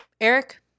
eric